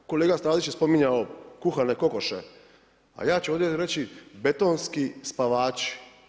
Kolega Stazić je spominjao kuhane kokoši, a ja ću ovdje reći betonski spavači.